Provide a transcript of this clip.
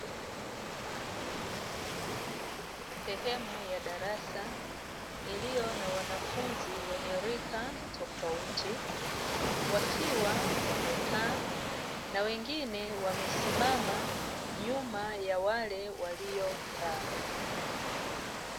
Sehemu ya darasa iliyo na wanafunzi wenye rika tofauti, wakiwa wamekaa na wengine wamesimama nyuma ya wale waliokaa.